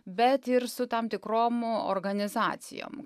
bet ir su tam tikrom organizacijom